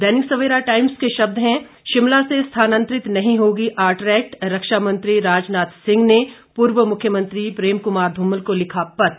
दैनिक Savera Times के शब्द हैं शिमला से स्थानांतरित नहीं होगी आरट्रैक रक्षा मंत्री राजनाथ सिंह ने पूर्व मुख्यमंत्री प्रेम कुमार धूमल को लिखा पत्र